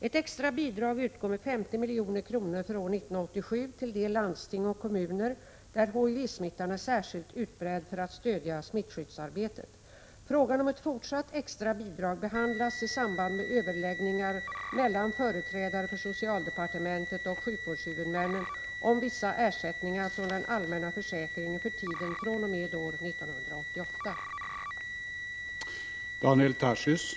Ett extra bidrag utgår med 50 milj.kr. för år 1987 till de landsting och Prot. 1986/87:90 kommuner där HIV-smittan är särskilt utbredd för att stödja smittskyddsar 19 mars 1987 betet. Frågan om ett fortsatt extra bidrag behandlas i samband med överläggningar mellan företrädare för socialdepartementet och sjukvårdshuvudmännen om vissa ersättningar från den allmänna sjukförsäkringen för tiden fr.o.m. år 1988.